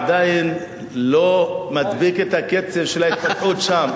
אתה לא מדביק את הקצב של ההתפתחות שם.